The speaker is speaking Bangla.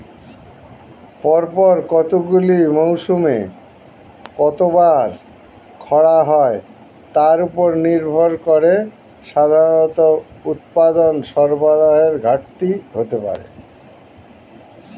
পরপর কতগুলি মরসুমে কতবার খরা হয় তার উপর নির্ভর করে সাধারণত উৎপাদন সরবরাহের ঘাটতি হতে পারে